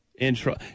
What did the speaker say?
intro